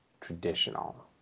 traditional